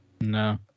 No